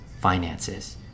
finances